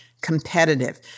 competitive